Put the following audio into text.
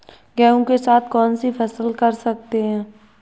गेहूँ के साथ कौनसी फसल कर सकते हैं?